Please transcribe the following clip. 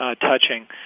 touching